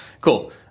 Cool